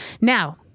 Now